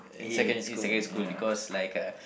in in secondary school because like uh